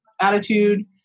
attitude